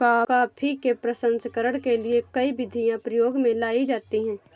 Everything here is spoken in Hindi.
कॉफी के प्रसंस्करण के लिए कई विधियां प्रयोग में लाई जाती हैं